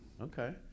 Okay